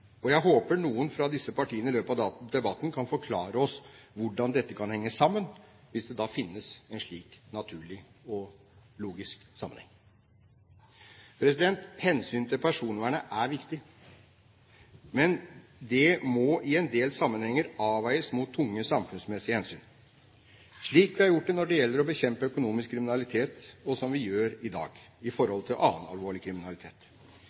og jeg håper noen fra disse partiene i løpet av debatten kan forklare oss hvordan dette kan henge sammen, hvis det da finnes en slik naturlig og logisk sammenheng. Hensynet til personvernet er viktig. Men det må i en del sammenhenger avveies mot tunge samfunnsmessige hensyn, slik vi har gjort når det gjelder å bekjempe økonomisk kriminalitet, og som vi gjør i dag i forhold til annen alvorlig kriminalitet.